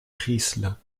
risle